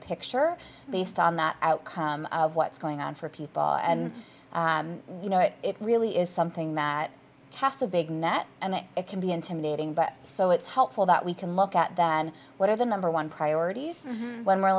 picture based on that outcome of what's going on for people and you know it really is something that casts a big net and it can be intimidating but so it's helpful that we can look at than what are the number one priorities when we're